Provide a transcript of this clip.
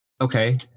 Okay